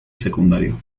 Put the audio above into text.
secundario